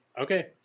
Okay